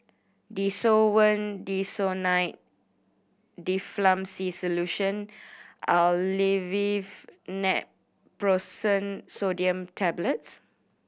Desowen Desonide Difflam C Solution Aleve Naproxen Sodium Tablets